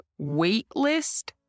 waitlist